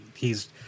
hes